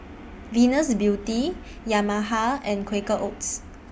Venus Beauty Yamaha and Quaker Oats